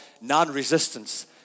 non-resistance